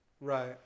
Right